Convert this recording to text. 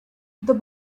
the